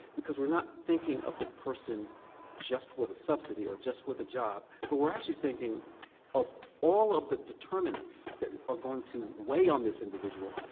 because not thinking of the person just with the subsidy, or just with a job, but we're actually thinking of all of the de terminates that are going to weigh on this individual,